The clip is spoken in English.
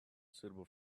suitable